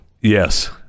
Yes